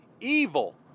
evil